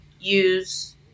use